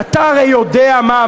זה גם לא מספר גדול.